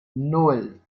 nan